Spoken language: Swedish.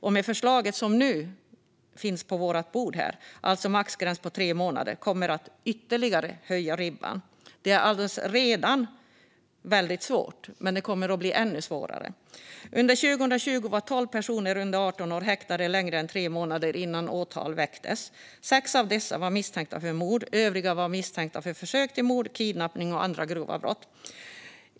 Med det förslag som nu finns på vårt bord, alltså en maxgräns på tre månader, kommer ribban att höjas ytterligare. Det är alltså redan mycket svårt, men det kommer att bli ännu svårare. Under 2020 var tolv personer under 18 år häktade längre än tre månader innan åtal väcktes. Sex av dessa var misstänkta för mord, och övriga var misstänkta för försök till mord, kidnappning och andra grova brott.